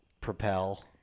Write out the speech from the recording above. Propel